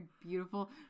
beautiful